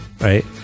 Right